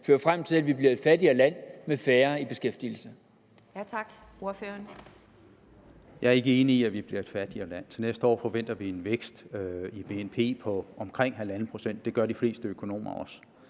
fører til, at vi bliver et fattigere land med færre i beskæftigelse?